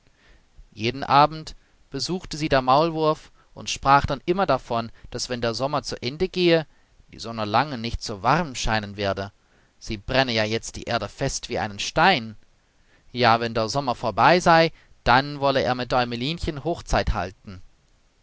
jeden abend besuchte sie der maulwurf und sprach dann immer davon daß wenn der sommer zu ende gehe die sonne lange nicht so warm scheinen werde sie brenne ja jetzt die erde fest wie einen stein ja wenn der sommer vorbei sei dann wolle er mit däumelinchen hochzeit halten